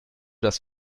dass